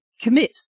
commit